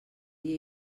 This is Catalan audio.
dia